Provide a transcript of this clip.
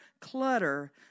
clutter